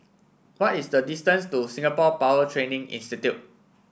what is the distance to Singapore Power Training Institute